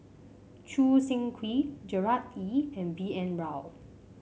Choo Seng Quee Gerard Ee and B N Rao